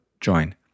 join